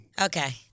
Okay